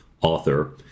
author